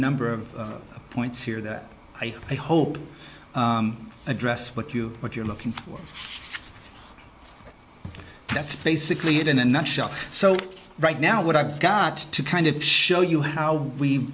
number of points here that i hope address what you what you're looking for that's basically it in a nutshell so right now what i've got to kind of show you how we